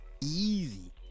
easy